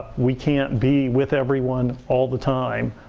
we can't be with everyone all the time.